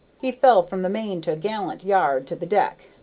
he fell from the main-to'-gallant yard to the deck,